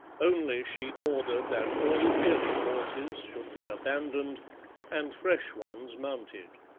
only she ordered that all wearied horses should be abandoned and fresh ones mounted.